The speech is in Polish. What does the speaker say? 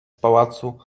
pałacu